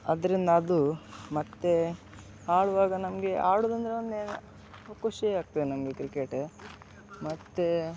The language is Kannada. ಅದರಿಂದ ಅದು ಮತ್ತೇ ಆಡುವಾಗ ನಮಗೆ ಆಡೋದಂದ್ರೆ ಒಂದು ಏನು ಖುಷಿ ಆಗ್ತದೆ ನಮಗೆ ಕ್ರಿಕೆಟ್ ಮತ್ತೆ